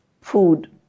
food